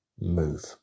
move